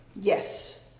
yes